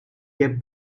kept